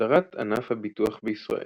הסדרת ענף הביטוח בישראל